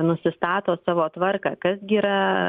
nusistato savo tvarką kas gi yra